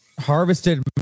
harvested